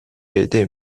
给定